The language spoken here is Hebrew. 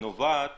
שנובעת